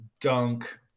Dunk